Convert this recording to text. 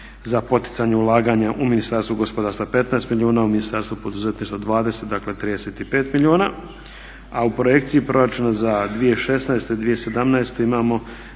za poticanje ulaganja u Ministarstvu gospodarstva 15 milijuna, u Ministarstvu poduzetništva 20, dakle 35 milijuna, a u projekciji proračuna za 2016. i 2017. imamo